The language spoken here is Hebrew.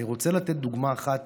אני רוצה לתת דוגמה אחת